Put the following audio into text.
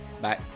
bye